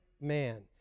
man